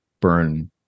burn